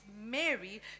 Mary